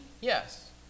Yes